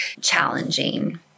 challenging